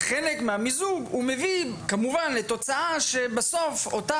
חלק מהמיזוג מביא כמובן לתוצאה שבסוף אותה